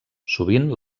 sovint